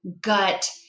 gut